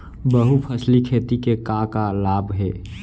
बहुफसली खेती के का का लाभ हे?